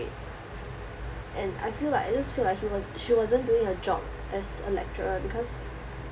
and I feel like I just feel like she was~ she wasn't doing her job as a lecturer because